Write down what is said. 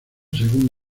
según